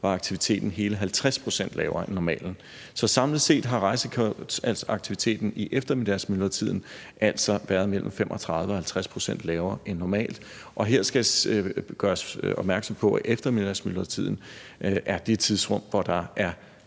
var aktiviteten hele 50 pct. lavere end normalen. Så samlet set har rejsekortaktiviteten i eftermiddagsmyldretiden altså været mellem 35 pct. og 50 pct. lavere end normalt. Og her skal gøres opmærksom på, at eftermiddagsmyldretiden er det tidsrum, hvor der for